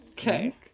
Okay